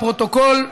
לפרוטוקול,